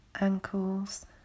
ankles